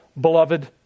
beloved